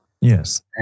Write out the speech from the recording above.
Yes